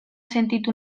sentitu